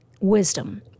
wisdom